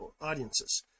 audiences